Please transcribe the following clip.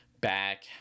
back